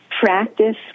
practice